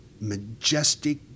majestic